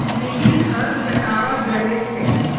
lily भांग कटावा गले छे